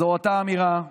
זו אותה אמירה,